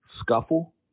scuffle